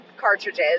cartridges